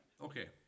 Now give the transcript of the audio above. Okay